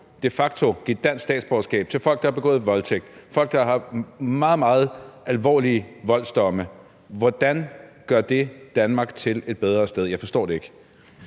de facto – give dansk statsborgerskab til folk, der har begået voldtægt, og folk, der har meget, meget alvorlige voldsdomme. Kan ordføreren ikke forklare mig, hvordan det gør Danmark til et bedre sted? Jeg forstår det ikke.